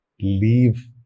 leave